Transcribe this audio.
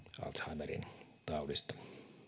alzheimerin taudista